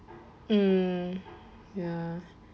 mm ya